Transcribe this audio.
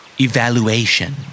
Evaluation